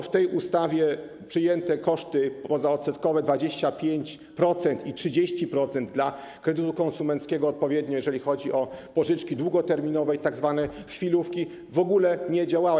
W tej ustawie przyjęte koszty pozaodsetkowe - 25% i 30% dla kredytu konsumenckiego, odpowiednio jeżeli chodzi o pożyczki długoterminowe i tzw. chwilówki - w ogóle nie działały.